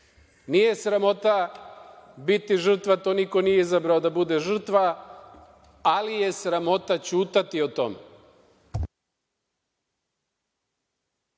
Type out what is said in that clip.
Nije sramota biti žrtva, niko nije izabrao da bude žrtva, ali je sramota ćutati o tome.